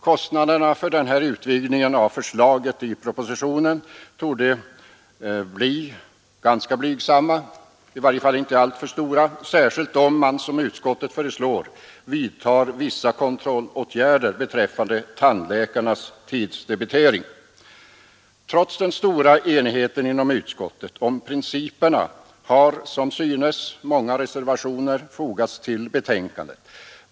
Kostnaderna för den här utvidgningen av förslaget i propositionen torde inte bli alltför stora, särskilt inte om man — som utskottet föreslår — vidtar vissa kontrollåtgärder beträffande tandläkarnas tidsdebitering. Trots den stora enigheten inom utskottet om principerna har — som synes — många reservationer fogats till betänkandet.